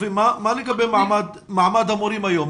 מה לגבי מעמד המורים היום?